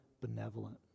benevolent